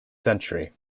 century